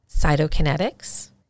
Cytokinetics